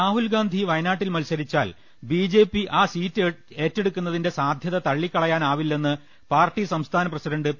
രാഹുൽഗാന്ധി വയനാട്ടിൽ മത്സരിച്ചാൽ ബിജെപി ആ സീറ്റ് ഏറ്റെടുക്കുന്നതിന്റെ സാധ്യത തള്ളിക്കളയാനാവില്ലെന്ന് പാർട്ടി സംസ്ഥാന പ്രസിഡന്റ് പി